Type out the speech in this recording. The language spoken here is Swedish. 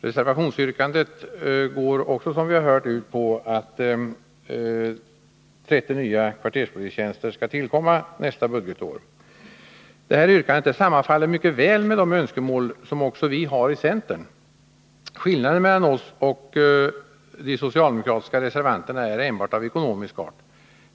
Reservationsyrkandet går, som vi också hört, ut på att 30 Nr 138 nya kvarterspolistjänster skall tillkomma nästa budgetår. Onsdagen den Yrkandet i reservationen sammanfaller mycket väl med de önskemål som 13 maj 1981 också vi i centern har. Skillnaden mellan oss och de socialdemokratiska reservanterna är enbart av ekonomisk art.